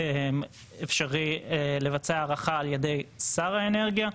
זה אפשרי לבצע הערכה על ידי שר האנרגיה.